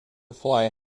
fly